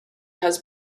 has